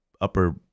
upper